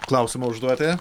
klausimą užduoti